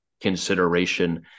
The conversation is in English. consideration